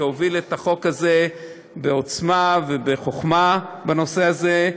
שהוביל את החוק הזה בעוצמה ובחוכמה בנושא הזה,